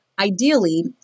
Ideally